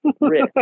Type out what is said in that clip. rich